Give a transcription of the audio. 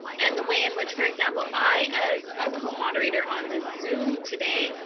and the way in which, for example, i as a co-moderator on this zoom today,